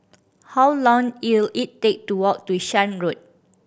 how long ill it take to walk to Shan Road